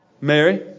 Mary